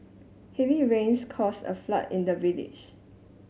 heavy rains caused a flood in the village